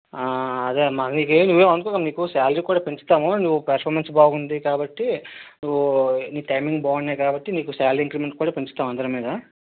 అదే అమ్మ మీకు ఏమి నువ్వు ఏమి అనుకోవద్దు నీకు సాలరీ కూడా పెంచుతాము నువ్వు పర్ఫామెన్స్ బాగుంది కాబట్టి నువ్వు నీ టైమింగ్ బాగున్నాయి కాబట్టి నీకు సాలరీ ఇన్క్రీమెంట్ కూడా పెంచుతాము అందరి మీద